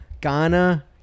Ghana